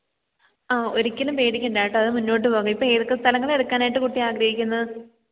ആ ഒരിക്കലും പേടിക്കേണ്ട കേട്ടോ അത് മുന്നോട്ട് പോകാം ഇപ്പം ഏതൊക്കെ സ്ഥലങ്ങളാ എടുക്കാനായിട്ട് കുട്ടി ആഗ്രഹിക്കുന്നത്